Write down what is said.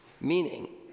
Meaning